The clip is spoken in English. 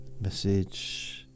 message